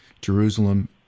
Jerusalem